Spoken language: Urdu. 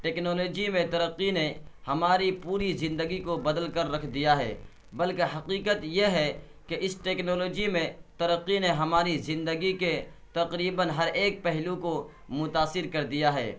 ٹیکنالاجی میں ترقی نے ہماری پوری زندگی کو بدل کر رکھ دیا ہے بلکہ حقیقت یہ ہے کہ اس ٹیکنالاجی میں ترقی نے ہماری زندگی کے تقریباً ہر ایک پہلو کو متاثر کر دیا ہے